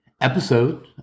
episode